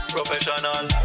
Professional